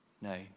No